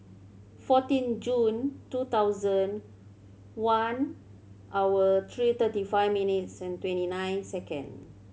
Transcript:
fourteen June two thousand one hour three thirty five minutes twenty nine second